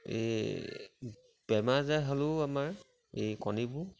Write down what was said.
এই বেমাৰ আজাৰ হ'লেও আমাৰ এই কণীবোৰ